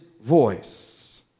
voice